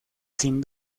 sin